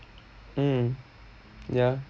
mm ya